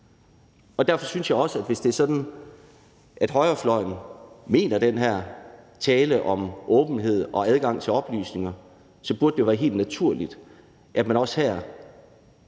Derfor synes jeg også, at hvis det er sådan, at højrefløjen mener noget med den her tale om åbenhed og adgang til oplysninger, så burde det jo være helt naturligt, at man også her